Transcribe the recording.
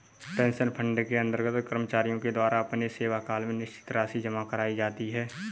pension fund के अंतर्गत कर्मचारियों के द्वारा अपने सेवाकाल में निश्चित राशि जमा कराई जाती है